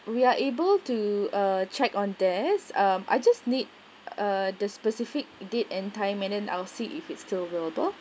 we are able to uh check on this um I just need uh the specific date and time and then I'll see if it's still available